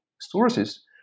sources